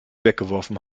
weggeworfen